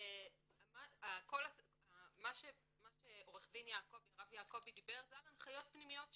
מה שהרב יעקבי דיבר, אלה הנחיות פנימיות שלהם.